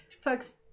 folks